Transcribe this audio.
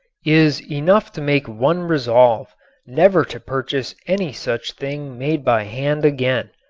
is enough to make one resolve never to purchase any such thing made by hand again.